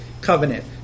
Covenant